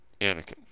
Anakin